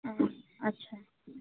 ও আচ্ছা